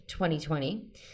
2020